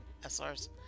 SR's